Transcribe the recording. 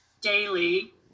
daily